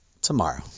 tomorrow